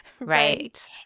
Right